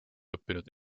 õppinud